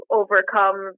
overcome